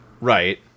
Right